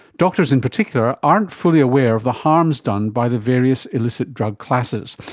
doctors in particular aren't fully aware of the harms done by the various illicit drug classes,